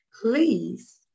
Please